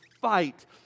fight